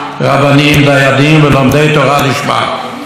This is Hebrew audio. שמעתי בסיפוק את דברי ראש הממשלה,